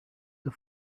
the